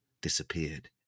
disappeared